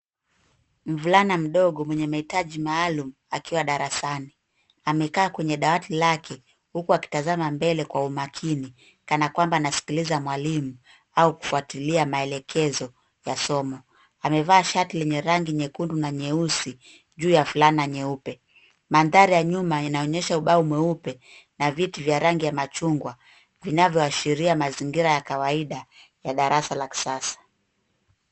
Mvulana mdogo mwenye mahitaji maalum akiwa darasani. Amekaa kwenye dawati lake huku akitazama mbele kwa umakini kana kwamba anasikiliza mwalimu au kufuatilia maelekezo ya somo. Amevaa shati lenye rangi nyekundu na nyeusi juu ya fulana nyeupe. Mandhari ya nyuma yanaonyesha ubao mweupe na vitu vya rangi ya machungwa vinavyoashiria mazingira ya kawaida ya darasa ya kisasa.